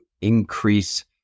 increase